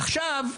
עכשיו,